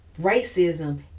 racism